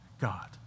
God